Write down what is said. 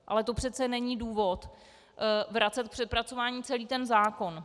Ale to přece není důvod vracet k přepracování celý zákon.